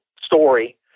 story